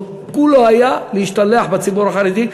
כולו היה להשתלח בציבור החרדי.